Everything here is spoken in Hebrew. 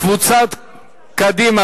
קבוצת קדימה,